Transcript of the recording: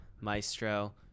Maestro